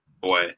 Boy